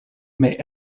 may